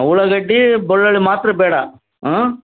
ಉಳ್ಳಾಗಡ್ಡೆ ಬೆಳ್ಳುಳ್ಳಿ ಮಾತ್ರ ಬೇಡ ಆಂ